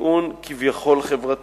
סיבה שנייה, טיעון כביכול חברתי,